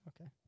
okay